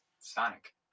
Sonic